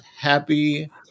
happy